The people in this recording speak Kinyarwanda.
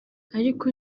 ariko